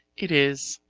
it is.